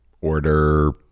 order